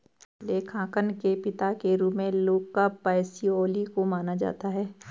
लेखांकन के पिता के रूप में लुका पैसिओली को माना जाता है